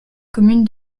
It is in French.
commune